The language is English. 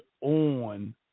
on